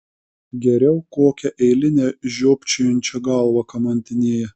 geriau kokią eilinę žiopčiojančią galvą kamantinėja